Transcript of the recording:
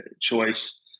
choice